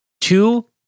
Two